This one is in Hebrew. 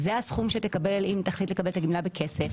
זה הסכום שתקבל אם תחליט לקבל את הגמלה בכסף,